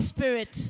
Spirit